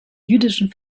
jüdischen